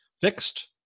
fixed